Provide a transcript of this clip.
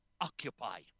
occupy